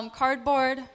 cardboard